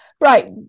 right